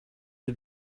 did